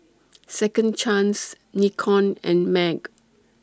Second Chance Nikon and MAG